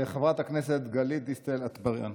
חברת הכנסת גלית דיסטל אטבריאן,